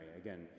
again